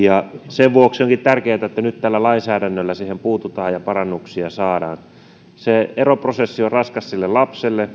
sen vuoksi onkin tärkeätä että nyt tällä lainsäädännöllä siihen puututaan ja parannuksia saadaan se eroprosessi on raskas sille lapselle